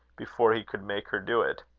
before he could make her do it.